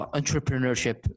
entrepreneurship